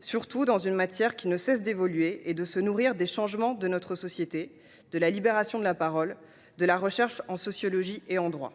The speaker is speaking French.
surtout dans une matière qui ne cesse d’évoluer et de se nourrir des changements de notre société, de la libération de la parole et de la recherche en sociologie et en droit.